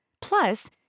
Plus